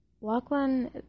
Lachlan